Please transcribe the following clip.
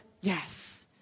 Yes